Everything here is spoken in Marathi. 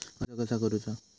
कर्ज कसा करूचा?